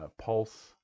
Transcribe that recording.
Pulse